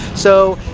so,